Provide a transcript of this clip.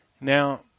Now